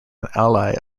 ally